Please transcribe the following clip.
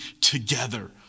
together